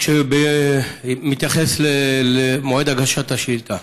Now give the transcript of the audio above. מתייחס למועד הגשת השאילתה,